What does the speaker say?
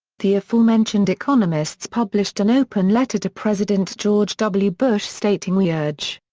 the aforementioned economists published an open letter to president george w. bush stating we urge.